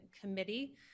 Committee